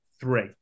three